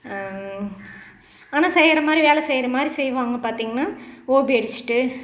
ஆனால் செய்கிற மாதிரி வேலை செய்கிற மாதிரி செய்வாங்க பார்த்திங்கன்னா ஓப்பி அடிச்சிட்டு